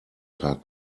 tag